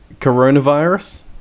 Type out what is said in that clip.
Coronavirus